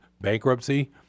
bankruptcy